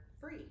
free